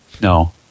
No